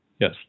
Yes